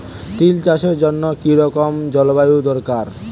তিল চাষের জন্য কি রকম জলবায়ু দরকার?